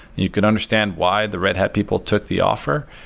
you could understand why the red hat people took the offer.